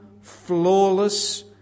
flawless